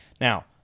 Now